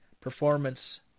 performance